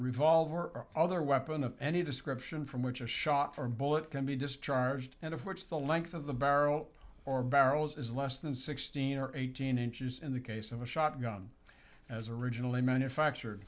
revolver or other weapon of any description from which a shot for a bullet can be discharged and of which the length of the barrel or barrels is less than sixteen or eighteen inches in the case of a shotgun as originally manufactured